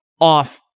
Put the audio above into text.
off